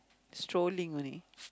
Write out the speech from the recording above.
strolling only